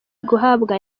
guhabwa